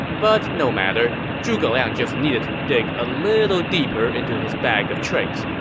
but no matter. zhuge liang just needed to dig a little deeper into his bag of tricks,